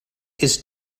ist